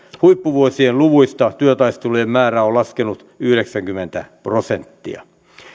huippuvuosien luvuista työtaistelujen määrä on laskenut yhdeksänkymmentä prosenttia